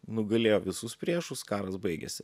nugalėjo visus priešus karas baigėsi